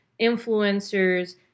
influencers